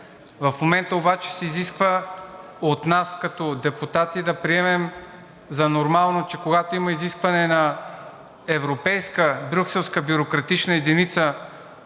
В момента обаче се изисква от нас като депутати да приемем за нормално, че когато има изискване на европейска, брюкселска бюрократична единица